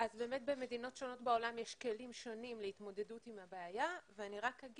במדינות שונות בעולם יש כלים שונים להתמודדות עם הבעיה ואני רק אומר